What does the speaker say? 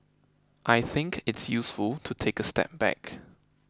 I think it's useful to take a step back